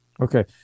Okay